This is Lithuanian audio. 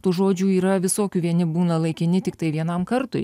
tų žodžių yra visokių vieni būna laikini tiktai vienam kartui